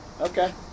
Okay